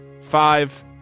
five